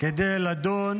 כדי לדון